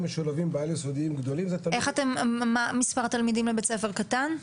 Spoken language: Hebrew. משולבים בעל-יסודי --- מה מספר התלמידים לבית-ספר קטן?